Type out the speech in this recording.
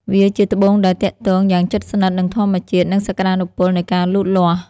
វាជាត្បូងដែលទាក់ទងយ៉ាងជិតស្និទ្ធនឹងធម្មជាតិ និងសក្តានុពលនៃការលូតលាស់។